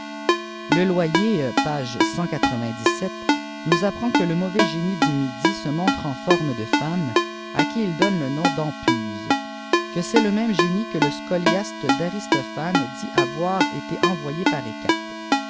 le loyer page nous apprepd que le mauvais génie du midi se montre en forme de femme à qui il donne le noip d'empuse que c'est le même génie que le scoliaste d'aristophane dit avoir été envoyé par